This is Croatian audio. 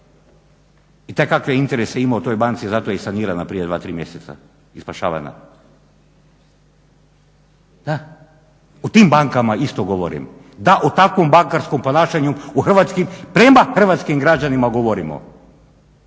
itekakve interese ima u toj banci. Zato je i sanirana prije dva, tri mjeseca i spašavana. Da, o tim bankama isto govorim. Da, o takvom bankarskom ponašanju prema hrvatskim građanima govorimo.